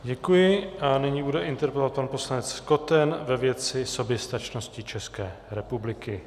Děkuji a nyní bude interpelovat pan poslanec Koten ve věci soběstačnosti České republiky.